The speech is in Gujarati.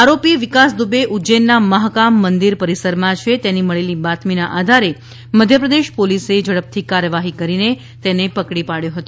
આરોપી વિકાસ દુબે ઉજ્જૈનના મહાકામ મંદિર પરિસરમાં છે તેની મળેલી બાતમીના આધારે મધ્યપ્રદેશ પોલીસે ઝડપથી કાર્યવાહી કરીને તેને પકડી પાડયો હતો